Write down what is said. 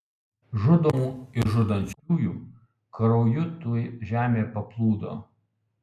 žudomų ir žudančiųjų krauju tuoj žemė paplūdo